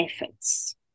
efforts